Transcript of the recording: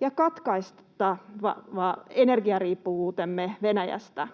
ja katkaista energiariippuvuutemme Venäjästä?